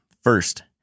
first